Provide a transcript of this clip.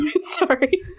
Sorry